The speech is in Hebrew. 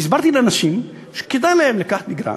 והסברתי לאנשים שכדאי להם לקחת מגרש,